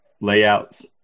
layouts